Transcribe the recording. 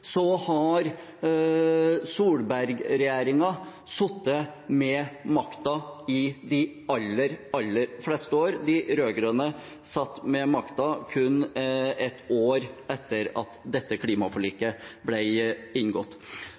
har Solberg-regjeringen sittet med makten i de aller fleste år. De rød-grønne satt med makten kun ett år etter at dette klimaforliket ble inngått.